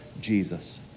Jesus